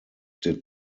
did